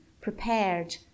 prepared